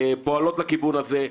פועלות לכיוון הזה.